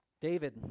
David